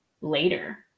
later